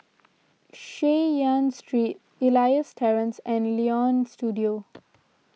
Chay Yan Street Elias Terrace and Leonie Studio